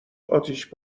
اتیش